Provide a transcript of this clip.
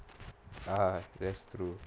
haha that's true